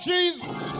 Jesus